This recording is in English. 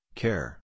care